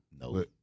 No